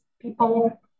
people